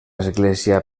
església